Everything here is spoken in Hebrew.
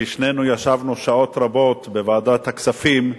כי שנינו ישבנו שעות רבות בוועדת הכספים,